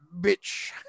bitch